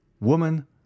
Woman